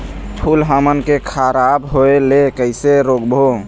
फूल हमन के खराब होए ले कैसे रोकबो?